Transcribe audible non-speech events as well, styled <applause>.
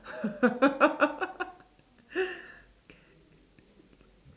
<laughs>